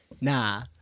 nah